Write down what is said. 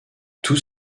tous